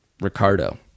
Ricardo